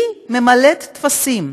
היא ממלאת טפסים.